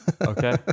okay